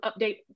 update